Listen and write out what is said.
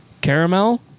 caramel